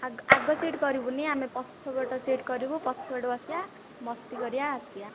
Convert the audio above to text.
ଆଗ ଆଗ ସିଟ୍ କରିବୁନି ଆମେ ପଛପଟେ ସିଟ୍ କରିବୁ ପଛପଟେ ବସିବା ମସ୍ତି କରିବା ଆସିବା